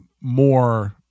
more